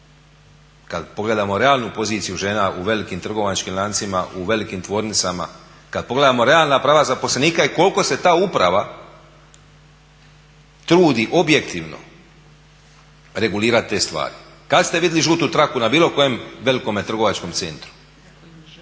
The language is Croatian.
Kada pogledamo realnu poziciju žena u velikim trgovačkim lancima u velikim tvornicama, kada pogledamo realna prava zaposlenika i koliko se ta uprava trudi objektivno regulirati te stvari. Kada ste vidjeli žutu traku na bilo kojem velikome trgovačkom centru?